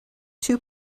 two